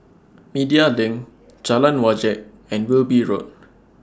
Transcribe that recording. Media LINK Jalan Wajek and Wilby Road